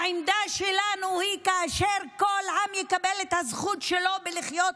העמדה שלנו היא שכאשר כל עם יקבל את הזכות שלו לחיות